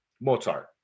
Mozart